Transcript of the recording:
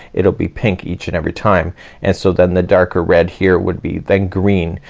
it'll be pink each and every time and so then the darker red here would be then green.